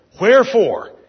Wherefore